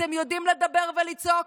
אתם יודעים לדבר ולצעוק,